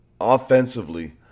offensively